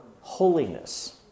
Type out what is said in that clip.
holiness